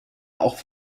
auch